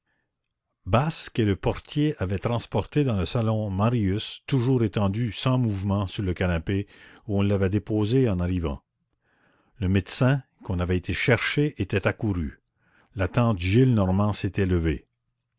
basque et le portier avaient transporté dans le salon marius toujours étendu sans mouvement sur le canapé où on l'avait déposé en arrivant le médecin qu'on avait été chercher était accouru la tante gillenormand s'était levée